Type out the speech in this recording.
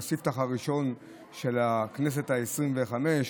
את הספתח הראשון של הכנסת העשרים-וחמש,